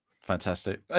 Fantastic